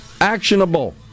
Actionable